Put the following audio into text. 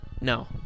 No